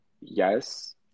Yes